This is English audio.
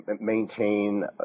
maintain